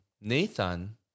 Nathan